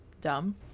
dumb